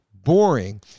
boring